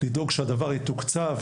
לדאוג שהדבר יתוקצב,